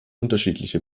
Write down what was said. unterschiedliche